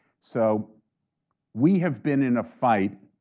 so we have been in a fight,